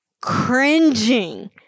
cringing